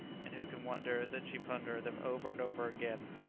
and who can wonder that she pondered them over and over again,